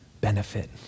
benefit